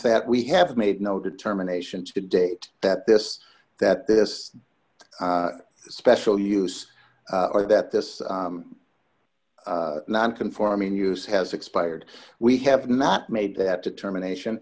that we have made no determination to date that this that this special use or that this non conforming use has expired we have not made that determination